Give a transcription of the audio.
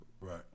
Right